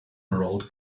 rolled